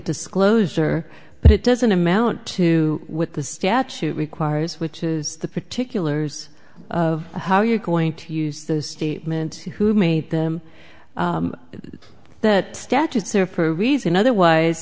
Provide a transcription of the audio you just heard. disclosure but it doesn't amount to with the statute requires which is the particulars of how you're going to use the statement who made them that status or pro reason otherwise